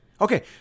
Okay